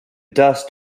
dust